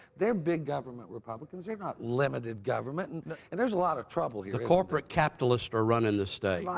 they're big government republicans, they're not limited government and and there's a lot of trouble here. corporate capitalists are running this state. right.